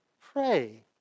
pray